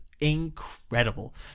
incredible